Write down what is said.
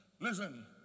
Listen